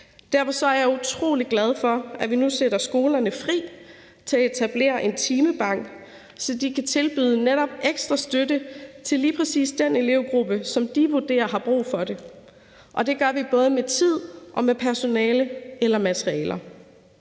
Derfor er jeg utrolig glad for, at vi nu sætter skolerne fri til at etablere en timebank, så de netop kan tilbyde ekstra støtte til lige præcis den elevgruppe, som de vurderer har brug for det. Det gør vi både i forhold til tid, personale og materialer.